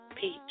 Peach